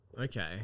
okay